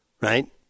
Right